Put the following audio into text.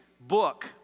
book